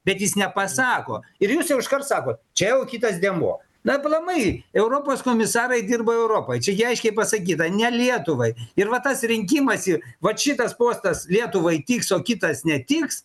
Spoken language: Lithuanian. bet jis nepasako ir jūs jau iškart sakot čia jau kitas dėmuo na aplamai europos komisarai dirba europai čia gi aiškiai pasakyta ne lietuvai ir va tas rinkimas ir vat šitas postas lietuvai tiks o kitas netiks